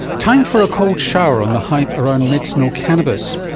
time for a cold shower on the hype around medicinal cannabis.